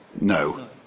No